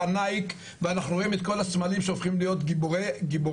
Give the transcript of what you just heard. נייק ואנחנו רואים את כל הסמלים שהופכים להיות גיבורי